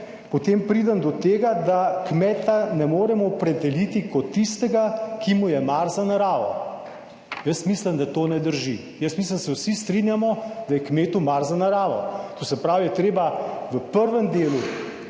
potem pridem do tega, da kmeta ne moremo opredeliti kot tistega, ki mu je mar za naravo. Jaz mislim, da to ne drži, jaz mislim, da se vsi strinjamo, da je kmetu mar za naravo. To se pravi, je treba v prvem delu